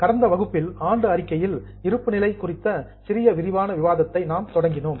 கடந்த வகுப்பில் ஆண்டு அறிக்கையில் இருப்பு நிலை குறித்த சிறிய விரிவான விவாதத்தை நாம் தொடங்கினோம்